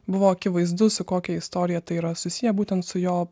buvo akivaizdu su kokia istorija tai yra susiję būtent su jo